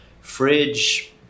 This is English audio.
fridge